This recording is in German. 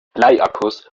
bleiakkus